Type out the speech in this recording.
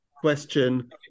question